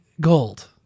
gold